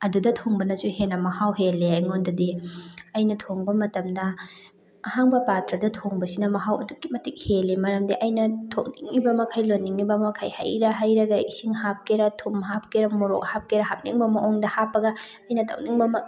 ꯑꯗꯨꯗ ꯊꯣꯡꯕꯅꯁꯨ ꯍꯦꯟꯅ ꯃꯍꯥꯎ ꯍꯦꯜꯂꯦ ꯑꯩꯉꯣꯟꯗꯗꯤ ꯑꯩꯅ ꯊꯣꯡꯕ ꯃꯇꯝꯗ ꯑꯍꯥꯡꯕ ꯄꯥꯇ꯭ꯔꯗ ꯊꯣꯡꯕꯁꯤꯅ ꯃꯍꯥꯎ ꯑꯗꯨꯛꯀꯤ ꯃꯇꯤꯛ ꯍꯦꯜꯂꯦ ꯃꯔꯝꯗꯤ ꯑꯩꯅ ꯊꯣꯡꯅꯤꯡꯉꯤꯕ ꯃꯈꯩ ꯂꯣꯟꯅꯤꯡꯉꯤꯕ ꯃꯈꯩ ꯍꯩꯔ ꯍꯩꯔꯒ ꯏꯁꯤꯡ ꯍꯥꯞꯀꯦꯔꯥ ꯊꯨꯝ ꯍꯥꯞꯀꯦꯔꯥ ꯃꯣꯔꯣꯛ ꯍꯥꯞꯀꯦꯔꯥ ꯍꯥꯞꯅꯤꯡꯕ ꯃꯑꯣꯡꯗ ꯍꯥꯞꯄꯒ ꯑꯩꯅ ꯇꯧꯅꯤꯡꯕ